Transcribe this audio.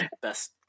best